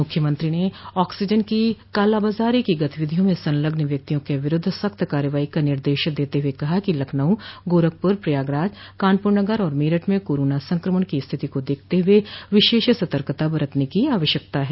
मुख्यमंत्री ने ऑक्सीजन की कालाबाजारी की गतिविधियों में संलग्न व्यक्तियों के विरूद्व सख्त कार्रवाई का निर्देश देते हुए कहा कि लखनऊ गोरखपुर प्रयागराज कानपुर नगर और मेरठ में कोरोना संक्रमण की स्थिति को देखते हुए विशेष सतर्कता बरतने की आवश्यकता है